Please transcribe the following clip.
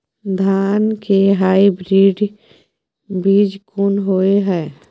धान के हाइब्रिड बीज कोन होय है?